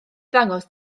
ddangos